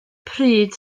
pryd